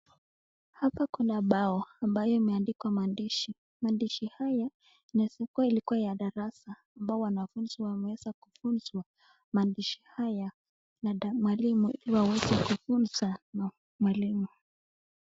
Hapa kuna bao ambayo imeandikwa maandishi. Maandishi haya inaeza kuwa ilikuwa ya darasa ambao wanafunzi wameweza kufunzwa maandishi haya na mwalimu ili waweze kufunza na mwalimu.